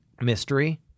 mystery